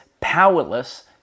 powerless